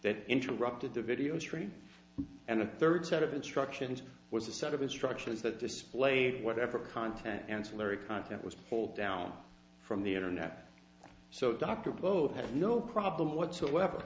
that interrupted the video stream and the third set of instructions was a set of instructions that displayed whatever content ancillary content was pulled down from the internet so dr both have no problem whatsoever